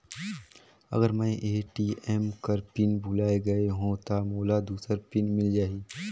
अगर मैं ए.टी.एम कर पिन भुलाये गये हो ता मोला दूसर पिन मिल जाही?